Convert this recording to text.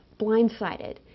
blindsided